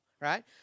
right